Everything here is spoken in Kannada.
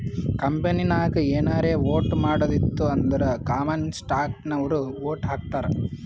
ಕಂಪನಿನಾಗ್ ಏನಾರೇ ವೋಟ್ ಮಾಡದ್ ಇತ್ತು ಅಂದುರ್ ಕಾಮನ್ ಸ್ಟಾಕ್ನವ್ರು ವೋಟ್ ಹಾಕ್ತರ್